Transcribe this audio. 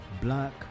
black